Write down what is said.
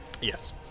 yes